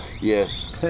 Yes